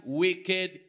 wicked